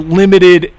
limited